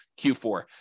Q4